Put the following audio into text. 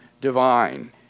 divine